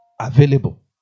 available